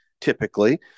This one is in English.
typically